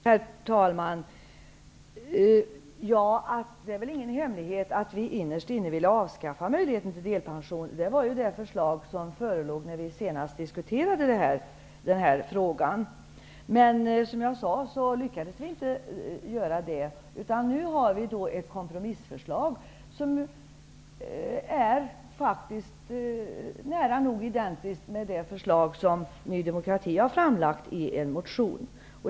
Herr talman! Det är ingen hemlighet att vi innerst inne vill avskaffa möjligheten till delpension. Det var det förslag som förelåg när vi senast diskuterade denna fråga. Men vi lyckades inte göra det, utan nu har vi ett kompromissförslag som faktiskt är nära nog identiskt med det förslag som Ny demokrati har framlagt i en motion.